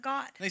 God